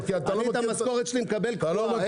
את המשכורת שלי אני מקבל קבועה,